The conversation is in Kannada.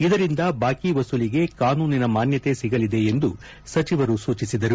ಇದರಿಂದ ಬಾಕಿ ವಸೂಲಿಗೆ ಕಾನೂನಿನ ಮಾನ್ಯತೆ ಸಿಗಲಿದೆ ಎಂದು ಸಚಿವರು ಸೂಚಿಸಿದರು